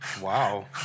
Wow